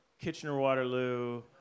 Kitchener-Waterloo